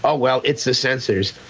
ah well, it's the censors,